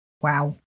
Wow